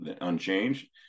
unchanged